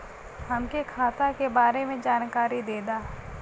हमके खाता के बारे में जानकारी देदा?